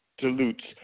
dilutes